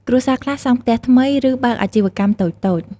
គ្រួសារខ្លះសង់ផ្ទះថ្មី ឬបើកអាជីវកម្មតូចៗ។